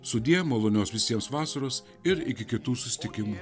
sudie malonios visiems vasaros ir iki kitų susitikimų